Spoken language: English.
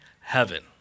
heaven